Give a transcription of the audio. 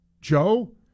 Joe